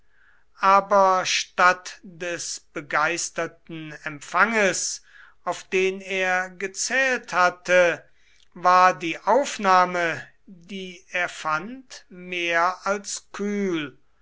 aber statt des begeisterten empfanges auf den er gezählt hatte war die aufnahme die er fand mehr als kühl